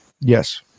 Yes